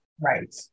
Right